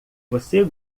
você